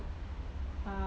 uh